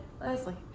Leslie